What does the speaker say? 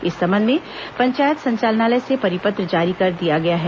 इस संबंध में पंचायत संचालनालय ने परिपत्र जारी कर दिया है